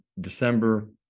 December